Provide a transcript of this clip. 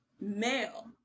male